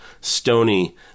stony